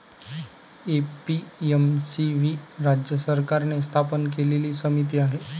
APMC ही राज्य सरकारने स्थापन केलेली समिती आहे